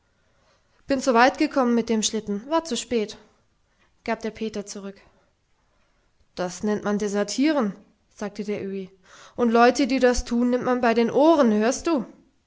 bin zu weit gekommen mit dem schlitten war zu spät gab der peter zurück das nennt man desertieren sagte der öhi und leute die das tun nimmt man bei den ohren hörst du